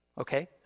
okay